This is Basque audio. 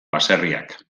baserriak